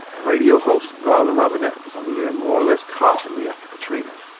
radio host garland robinette was on the air more or less constantly after katrina,